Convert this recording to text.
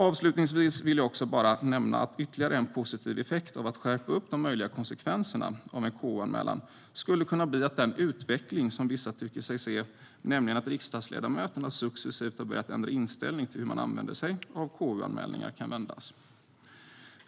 Avslutningsvis vill jag nämna att ytterligare en positiv effekt av att skärpa upp de möjliga konsekvenserna av en KU-anmälan skulle kunna bli att den utveckling som vissa tycker sig se, nämligen att riksdagsledamöterna successivt har börjat ändra inställning till hur man använder sig av KU-anmälningar, kan vändas.